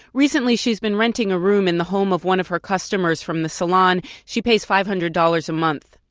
recently, she's been renting a room in the home of one of her customers from the salon. she pays five hundred dollars a month